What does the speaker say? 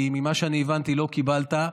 כי ממה שאני הבנתי לא קיבלת.